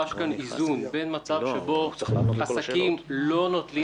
נדרש כאן איזון בין מצב שעסקים לא נוטלים